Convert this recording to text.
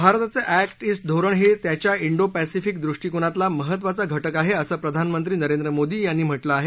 भारताचं act east धोरण हे त्याच्या इंडो पॅसेफिक दृष्टीकोनातला महत्वाचा घटक आहे असं प्रधानमंत्री नरेंद्र मोदी यांनी म्हटलं आहे